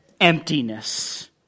emptiness